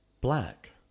Black